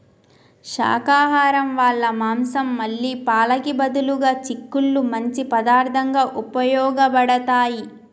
శాకాహరం వాళ్ళ మాంసం మళ్ళీ పాలకి బదులుగా చిక్కుళ్ళు మంచి పదార్థంగా ఉపయోగబడతాయి